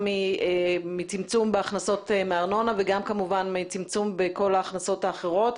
מצמצום בהכנסות מארנונה וגם כמובן מצמצום בכל ההכנסות האחרות.